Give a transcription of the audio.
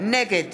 נגד